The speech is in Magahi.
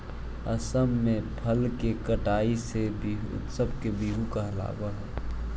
असम में फसल के कटाई के उत्सव बीहू कहलावऽ हइ